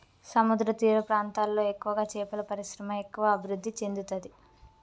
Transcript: సముద్రతీర ప్రాంతాలలో ఎక్కువగా చేపల పరిశ్రమ ఎక్కువ అభివృద్ధి చెందుతది